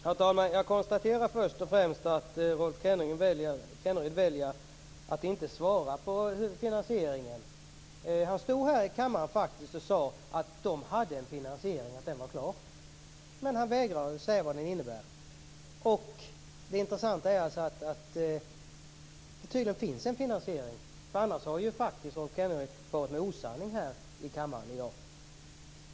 Herr talman! Jag konstaterar först och främst att Rolf Kenneryd väljer att inte svara på hur finansieringen skall gå till. Han stod faktiskt här i kammaren och sade att man hade en finansiering som var klar. Men han vägrar att säga vad den innebär. Det intressanta är alltså att det tydligen finns en finansiering. Annars har ju Rolf Kenneryd faktiskt farit med osanning här i kammaren i dag.